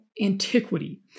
antiquity